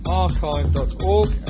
archive.org